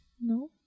no